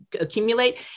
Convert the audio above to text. accumulate